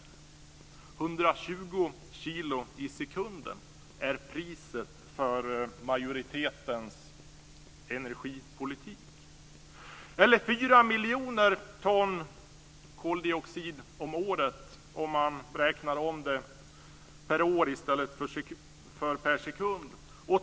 120 kilo i sekunden är priset för majoritetens energipolitik, eller 4 miljoner ton koldioxid om året om man räknar per år i stället för per sekund.